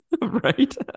Right